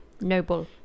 noble